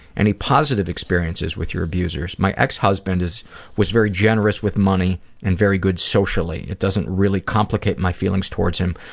any positive experiences with your abusers my ex-husband was very generous with money and very good socially. it doesn't really complicate my feelings towards him,